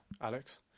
Alex